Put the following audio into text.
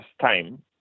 time